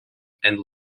and